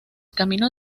camino